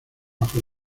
bajo